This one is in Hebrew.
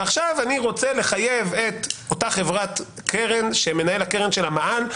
ועכשיו אני רוצה לחייב את אותה חברת קרן שמנהל הקרן שלה מעל,